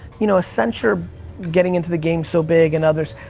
you know, accenture getting into the game so big, and others,